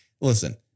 listen